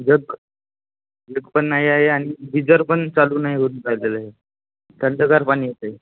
जक जग पण नाही आहे आणि गीजर पण चालू नाही होत बाय द वे थंडगार पाणी येत आहे